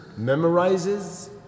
memorizes